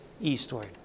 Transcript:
eastward